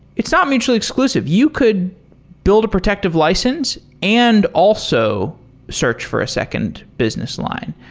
it's not mutually exclusive. you could build a protective license and also search for a second business line.